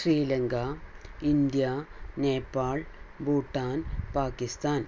Sri Lanka India Nepal Bhutan Pakistan